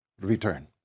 Return